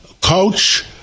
coach